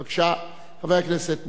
בבקשה, חבר הכנסת מולה.